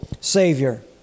savior